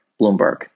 Bloomberg